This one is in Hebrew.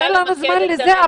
אין לנו זמן לזה,